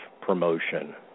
promotion